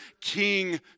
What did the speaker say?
king